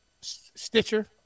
Stitcher